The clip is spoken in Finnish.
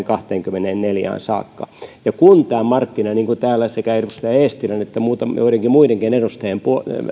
kahteenkymmeneenneljään saakka kun tämä markkina niin kuin täällä sekä edustaja eestilän että joidenkin muidenkin edustajien